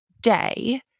day